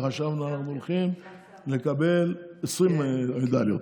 כבר חשבנו שאנחנו הולכים לקבל 20 מדליות.